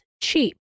cheap